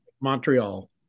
Montreal